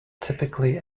typically